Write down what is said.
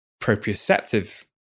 proprioceptive